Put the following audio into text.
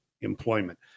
employment